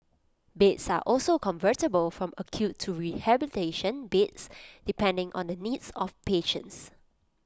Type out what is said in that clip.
beds are also convertible from acute to rehabilitation beds depending on the needs of patients